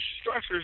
structures